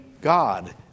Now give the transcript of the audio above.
God